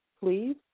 please